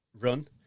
run